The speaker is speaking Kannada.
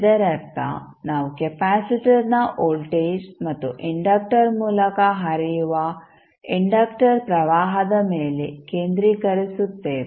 ಇದರರ್ಥ ನಾವು ಕೆಪಾಸಿಟರ್ನ ವೋಲ್ಟೇಜ್ ಮತ್ತು ಇಂಡಕ್ಟರ್ ಮೂಲಕ ಹರಿಯುವ ಇಂಡಕ್ಟರ್ ಪ್ರವಾಹದ ಮೇಲೆ ಕೇಂದ್ರೀಕರಿಸುತ್ತೇವೆ